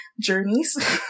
journeys